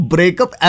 Breakup